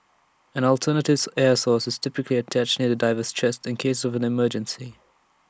an alternative air source is typically attached near the diver's chest in case of an emergency